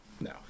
No